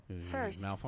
First